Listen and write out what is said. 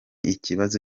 ikibazo